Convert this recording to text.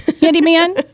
Handyman